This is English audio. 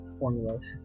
formulas